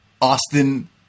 Austin